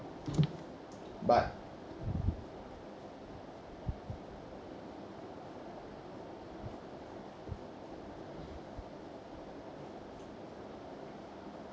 but